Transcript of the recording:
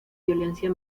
violencia